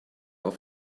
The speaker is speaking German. auf